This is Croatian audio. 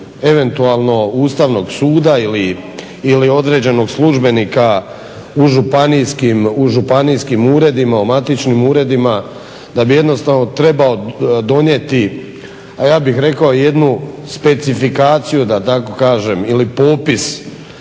eventualno Ustavnog suda ili određenog službenika u županijskim uredima, u matičnim uredima, da bi jednostavno trebao donijeti ja bih rekao jednu specifikaciju da tako kažem ili popis